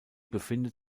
befindet